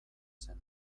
zen